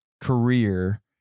career